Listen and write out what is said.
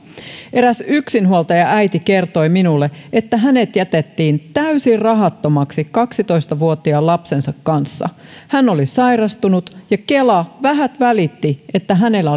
eräs yksinhuoltajaäiti kertoi minulle että hänet jätettiin täysin rahattomaksi kaksitoista vuotiaan lapsensa kanssa hän oli sairastunut ja kela vähät välitti että hänellä